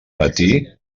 matí